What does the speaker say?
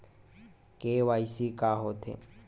KYC का होथे?